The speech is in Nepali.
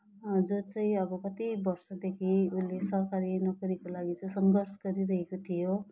जो चाहिँ अब कति वर्षदेखि उसले सरकारी नोकरीको लागि चाहिँ सङ्घर्ष गरिरहेको थियो